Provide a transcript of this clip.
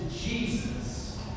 Jesus